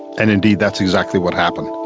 and indeed that's exactly what happened.